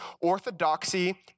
orthodoxy